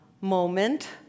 moment